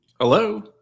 Hello